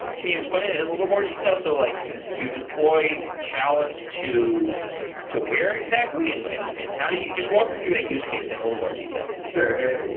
can you explain it in a little more detail? so like you you deploy chalice to to where exactly and and how do you just walk me through that use case in a little more detail sure.